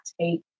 take